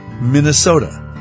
Minnesota